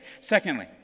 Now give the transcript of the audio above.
Secondly